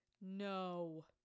No